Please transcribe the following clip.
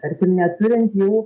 tarkim neturint jau